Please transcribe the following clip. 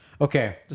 Okay